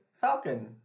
Falcon